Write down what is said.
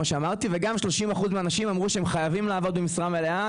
וגם 30% מהאנשים אמרו שהם חייבים לעבוד במשרה מלאה.